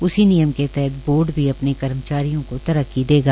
उसी नियम के तहत बोर्ड भी अपने कर्मचारियों को तरक्की देगा